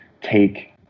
take